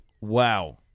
Wow